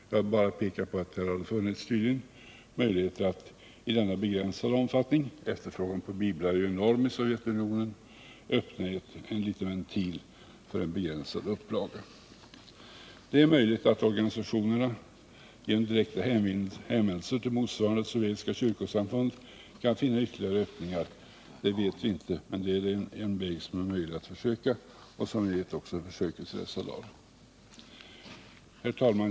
Jag vill bara peka på att det tydligen funnits möjlighet att i denna begränsade omfattning öppna en liten ventil för tillgodoseende av den enorma efterfrågan på biblar i Sovjetunionen. Det är möjligt att organisationerna genom direkta hänvändelser till motsvarande sovjetiska kyrkosamfund kan finna ytterligare öppningar. Det vet vi inte, men det är en väg som är möjlig att försöka och som vi vet också prövas i dessa dagar. Herr talman!